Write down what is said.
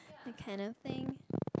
they cannot think